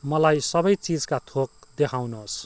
मलाई सबै चिजका थोक देखाउनुहोस्